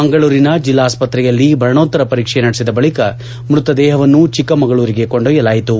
ಮಂಗಳೂರಿನ ಜಿಲ್ಲಾಸ್ಪತ್ರೆಯಲ್ಲಿ ಮರಣೋತ್ತರ ಪರೀಕ್ಷೆ ನಡೆಸಿದ ಬಳಿಕ ಮ್ಯತದೇಹವನ್ನು ಚಿಕ್ಕಮಗಳೂರಿಗೆ ಕೊಂಡೊಯ್ಯಲಾಯಿತು